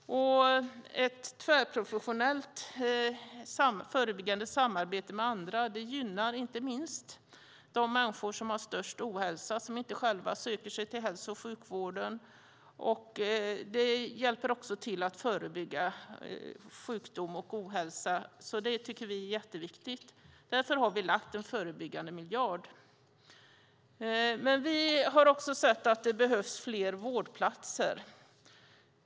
Ett tvärprofessionellt förebyggande samarbete med andra gynnar inte minst de människor som har störst ohälsa och som inte själva söker sig till hälso och sjukvården. Det hjälper också till att förebygga sjukdom och ohälsa, så det tycker vi är jätteviktigt. Därför har vi lagt en förebyggande miljard. Vi har också sett att det behövs fler vårdplatser.